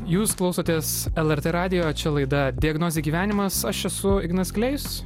jūs klausotės lrt radijo čia laida diagnozė gyvenimas aš esu ignas kleis